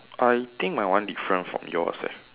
I think my one different from yours leh